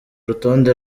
rutonde